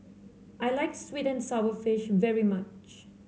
I like sweet and sour fish very much